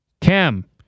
Cam